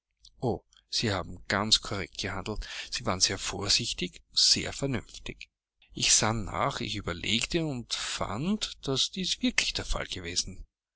sie haben ganz korrekt gehandelt sie waren sehr vorsichtig sehr vernünftig ich sann nach ich überlegte und fand daß dies wirklich der fall gewesen